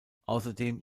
außerdem